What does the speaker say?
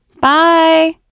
Bye